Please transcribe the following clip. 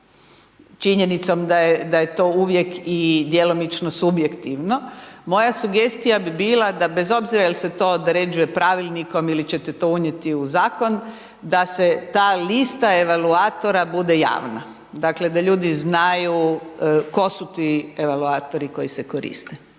činjenicom da je to uvijek i djelomično subjektivno, moja sugestija bi bila, da bez obzira jel se to određuje pravilnikom ili ćete to unijeti u zakon, da se ta lista evakuatora bude javna. Dakle, da ljudi znaju tko su ti evakuatori koji se koriste.